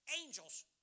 Angels